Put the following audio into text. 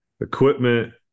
equipment